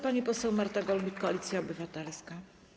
Pani poseł Marta Golbik, Koalicja Obywatelska.